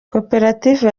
koperative